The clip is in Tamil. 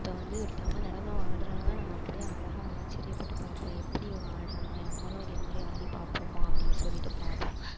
இப்போ வந்து ஒருத்தவங்க நடனம் ஆடுறாங்க நம்ம அப்படியே அழகாக ஆச்சரிய பட்டு பார்ப்போம் எப்படி இவங்க ஆடுறாங்க நம்மளும் இதேமாதிரி ஆடிபார்ப்போமா அப்படினு சொல்லிவிட்டு பார்ப்போம்